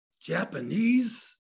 Japanese